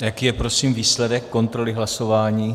Jaký je prosím výsledek kontroly hlasování?